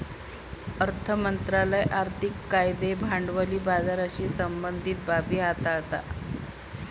अर्थ मंत्रालय आर्थिक कायदे भांडवली बाजाराशी संबंधीत बाबी हाताळता